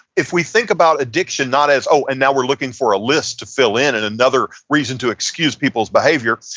if we think about addiction not as, oh, and now we're looking for a list to fill in, and another reason to excuse people's behavior,